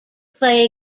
play